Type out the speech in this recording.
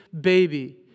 baby